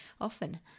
often